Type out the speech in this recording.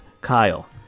Kyle